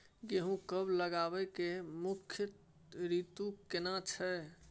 गेहूं कब लगाबै के मुख्य रीतु केना छै?